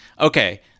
Okay